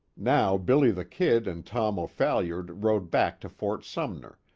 now billy the kid and tom o'phalliard rode back to fort sumner,